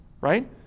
right